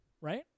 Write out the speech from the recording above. Right